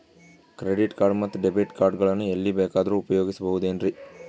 Credit card ಮತ್ತು debit card ಗಳನ್ನು ಎಲ್ಲಿ ಬೇಕಾದ್ರು ಉಪಯೋಗಿಸಬಹುದೇನ್ರಿ?